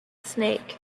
snake